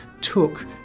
took